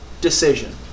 decision